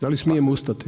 Da li smijem ustati?